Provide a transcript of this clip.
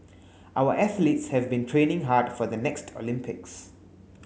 our athletes have been training hard for the next Olympics